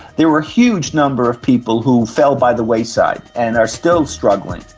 there were a huge number of people who fell by the wayside and are still struggling.